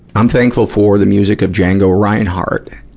i'm thankful for the music of django reinhardt.